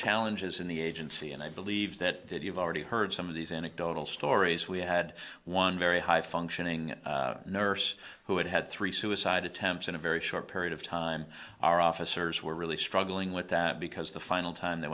challenges in the agency and i believe that you've already heard some of these anecdotal stories we had one very high functioning nurse who had had three suicide attempts in a very short period of time our officers were really struggling with that because the final time they